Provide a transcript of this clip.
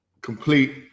complete